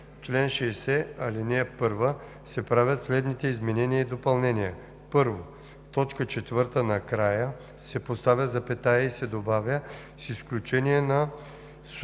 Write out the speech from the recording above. чл. 60, ал. 1 се правят следните изменения и допълнения: 1. В т. 4 накрая се поставя запетая и се добавя „с изключение на